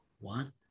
one